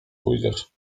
pójdziesz